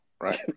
Right